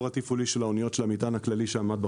אנחנו עזרנו לשקם את התור התפעולי הכללי שעמד בחוץ.